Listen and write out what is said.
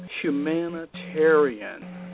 humanitarian